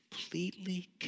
completely